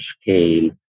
scale